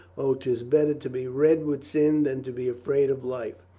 o, tis better to be red with sin than to be afraid of life.